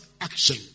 action